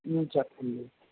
చెప్పండి